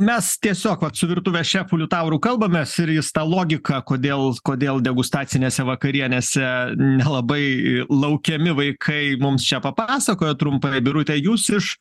mes tiesiog vat su virtuvės šefu liutauru kalbamės ir jis tą logiką kodėl kodėl degustacinėse vakarienėse nelabai laukiami vaikai mums čia papasakojo trumpai birute jūs iš